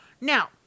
Now